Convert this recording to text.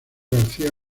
garcía